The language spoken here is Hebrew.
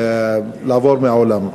לעבור מן העולם.